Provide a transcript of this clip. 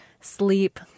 sleep